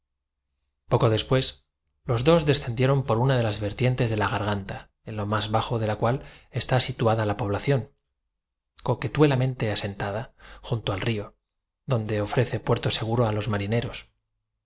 poco después los dos descendieron por una de las vertientes de y observadores cuando estamos destinados a cumplir un fin científico la garganta en lo más bajo de la cual está situada la población coquea esa edad somos realmente múltiples aun galanteando o viajando un tuelamente asentada junto al río donde ofrece puerto seguro a los